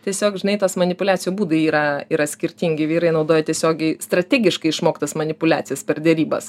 tiesiog žinai tas manipuliacijų būdai yra yra skirtingi vyrai naudoja tiesiogiai strategiškai išmoktas manipuliacijas per derybas